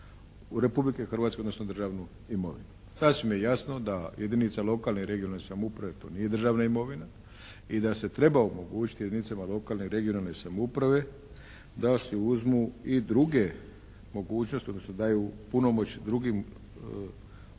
Republike Hrvatske, odnosno državnu imovinu. Sasvim je jasno da jedinica lokalne i regionalne samouprave to nije državna imovina i da se treba omogućiti jedinicama lokalne i regionalne samouprave da se uzmu i druge mogućnosti, odnosno daju punomoć drugim odgovornim